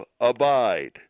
abide